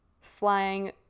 flying